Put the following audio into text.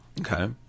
okay